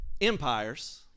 empires